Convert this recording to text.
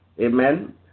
Amen